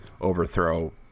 overthrow